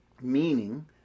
Meaning